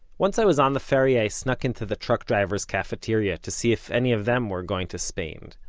once i was on the ferry, i snuck into the truck drivers' cafeteria, to see if any of them were going to spain.